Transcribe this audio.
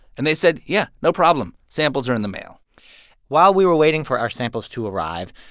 and they said, yeah no problem. samples are in the mail while we were waiting for our samples to arrive,